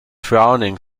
frowning